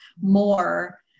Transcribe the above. more